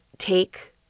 take